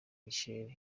michel